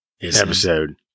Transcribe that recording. episode